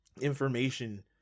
information